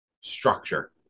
structure